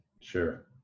Sure